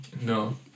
no